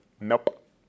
nope